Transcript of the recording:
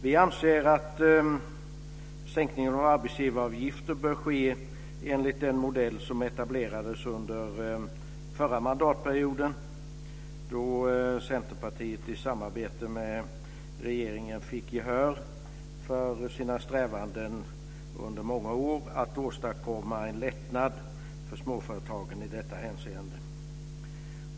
Vi anser att sänkningen av arbetsgivaravgiften bör ske enligt den modell som etablerades under förra mandatperioden, då Centerpartiet i samarbete med regeringen fick gehör för sina strävanden under många år att åstadkomma en lättnad för småföretagen i detta hänseende.